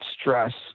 stress